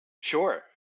Sure